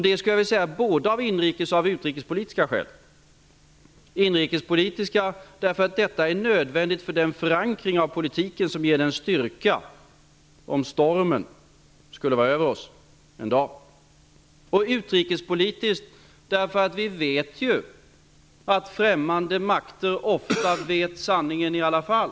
Detta gäller både av inrikes och utrikespolitiska skäl. De inrikespolitiska skälen är att detta är nödvändigt för den förankring av politiken som ger styrka om stormen skulle vara över oss en dag. De utrikespolitiska skälen är att vi vet att främmande makter ofta känner till sanningen i alla fall.